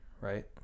right